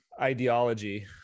ideology